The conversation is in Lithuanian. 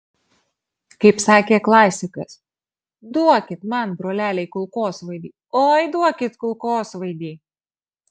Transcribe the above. kaip sakė klasikas duokit man broleliai kulkosvaidį oi duokit kulkosvaidį